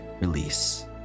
release